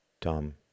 Tom